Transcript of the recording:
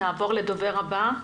נעבור לדובר הבא.